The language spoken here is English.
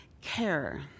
Care